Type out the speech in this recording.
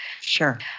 Sure